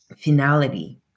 finality